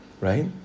right